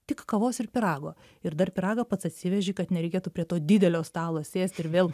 tik kavos ir pyrago ir dar pyragą pats atsiveži kad nereikėtų prie to didelio stalo sėst ir vėl